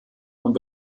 und